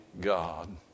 God